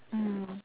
mm